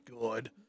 good